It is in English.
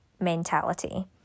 mentality